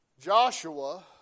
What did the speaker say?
Joshua